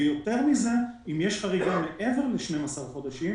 אם יש חריגה מעבר ל-12 חודשים,